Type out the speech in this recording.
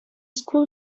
school